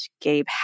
Gabe